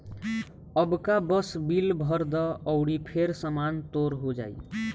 अबका बस बिल भर द अउरी फेर सामान तोर हो जाइ